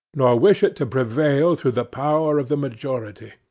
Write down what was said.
nor wish it to prevail through the power of the majority.